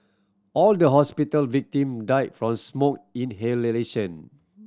all the hospital victim died from smoke